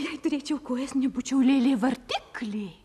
jei turėčiau kojas nebūčiau lėlė vartiklė